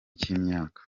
cy’imyaka